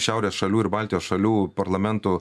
šiaurės šalių ir baltijos šalių parlamentų